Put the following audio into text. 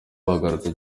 bagarutse